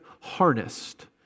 harnessed